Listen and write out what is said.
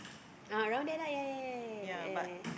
uh around there lah yea yea yea yea yea